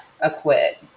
acquit